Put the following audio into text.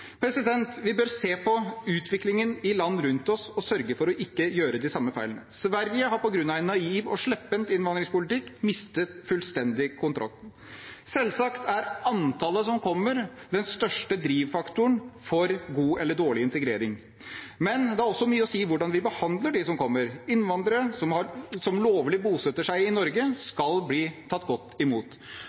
Vi bør se på utviklingen i land rundt oss og sørge for ikke å gjøre de samme feilene. Sverige har på grunn av en naiv og slepphendt innvandringspolitikk mistet fullstendig kontrollen. Selvsagt er antallet som kommer, den største drivfaktoren for god eller dårlig integrering. Men det har også mye å si hvordan vi behandler dem som kommer. Innvandrere som lovlig bosetter seg i Norge, skal bli tatt godt imot.